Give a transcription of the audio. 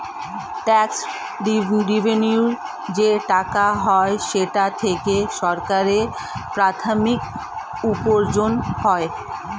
tax রেভেন্যুর যে টাকা হয় সেটা থেকে সরকারের প্রাথমিক উপার্জন হয়